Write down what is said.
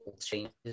changes